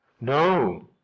no